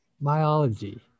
biology